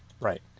right